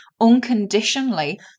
unconditionally